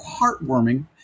heartwarming